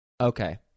Okay